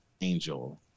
Angel